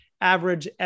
average